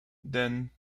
then